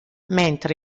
mentre